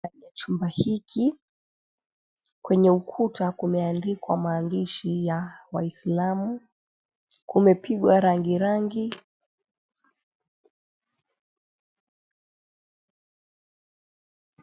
Ndani ya chumba hiki, kwenye ukuta kumeandikwa maandishi ya waislamu. Kumepigwa rangi rangi...